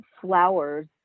flowers